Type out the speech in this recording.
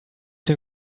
den